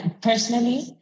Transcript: personally